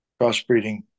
crossbreeding